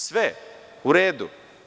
Sve, u redu.